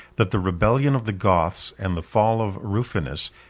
that the rebellion of the goths, and the fall of rufinus,